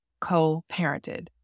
co-parented